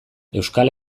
euskal